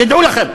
תדעו לכם.